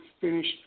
finished